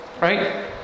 right